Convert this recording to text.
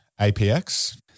APX